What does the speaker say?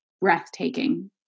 breathtaking